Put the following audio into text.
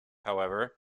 however